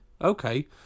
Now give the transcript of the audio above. okay